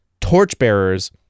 torchbearers